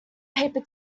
paper